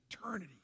eternity